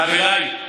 חבריי,